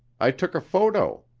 i took a photo.